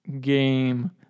game